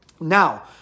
Now